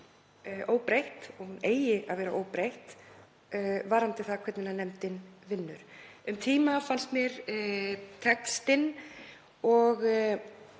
og hún eigi að vera óbreytt varðandi það hvernig nefndin vinnur. Um tíma fannst mér textinn